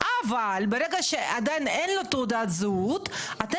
אבל ברגע שאין לו תעודת זהות עדיין,